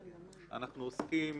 אנחנו עוסקים